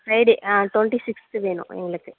Friday ஆ twenty sixth வேணும் எங்களுக்கு